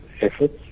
efforts